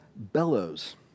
bellows